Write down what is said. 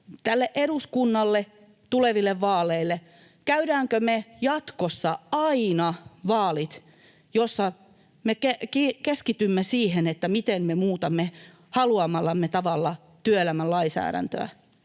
tälle eduskunnalle, tuleville vaaleille. Käydäänkö me jatkossa aina vaalit, jossa me keskitymme siihen, miten me muutamme haluamallamme tavalla työelämän lainsäädäntöä?